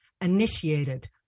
Initiated